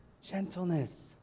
Gentleness